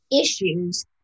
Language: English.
issues